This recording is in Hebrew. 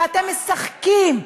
ואתם משחקים.